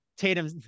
Tatum